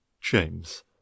James